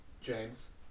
James